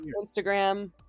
Instagram